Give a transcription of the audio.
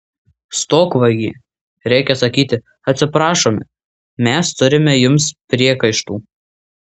stok vagie reikia sakyti atsiprašome mes turime jums priekaištų